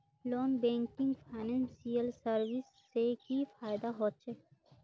Non banking financial services से की फायदा होचे?